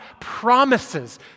promises